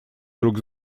друг